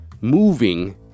moving